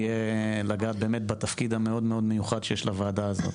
לגעת בתפקיד המאוד מאוד מיוחד שיש לוועדה הזאת.